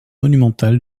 monumental